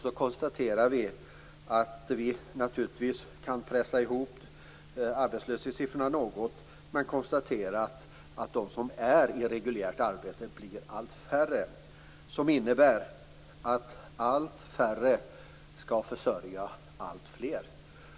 Vi konstaterar att det naturligtvis går att pressa ihop arbetslöshetssiffrorna något, men även att de som är i reguljärt arbete blir allt färre. Detta innebär att allt färre skall försörja alltfler.